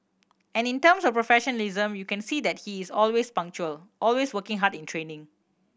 and in terms of professionalism you can see that he is always punctual always working hard in training